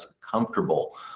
comfortable